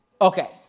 Okay